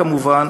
כמובן,